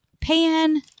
pan